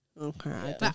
okay